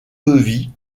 levis